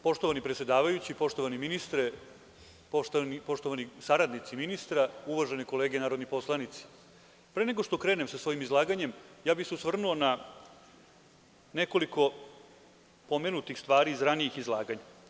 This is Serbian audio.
Poštovani predsedavajući, poštovani ministre, poštovani saradnici ministra, uvažene kolege narodni poslanici, pre nego što krenem sa svojim izlaganjem, ja bih se osvrnuo na nekoliko pomenutih stvari iz ranijih izlaganja.